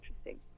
interesting